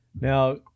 Now